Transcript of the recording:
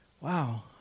wow